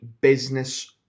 business